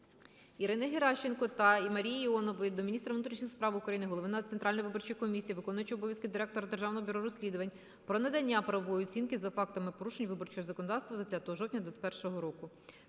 Ірини Геращенко та Марії Іонової до міністра внутрішніх справ України, голови Центральної виборчої комісії, виконувача обов'язків Директора Державного бюро розслідувань про надання правової оцінки за фактами порушення виборчого законодавства 20 жовтня 2021 року.